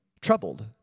troubled